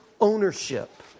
ownership